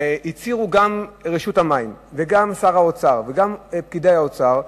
הצהירו גם רשות המים וגם שר האוצר וגם פקידי האוצר,